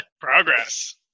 Progress